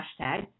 hashtag